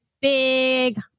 big